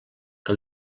que